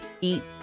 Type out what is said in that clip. eat